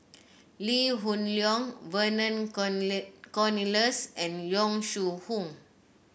Lee Hoon Leong Vernon Cornelius and Yong Shu Hoong